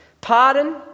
pardon